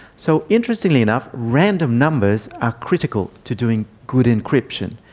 so interestingly enough random numbers are critical to doing good encryption,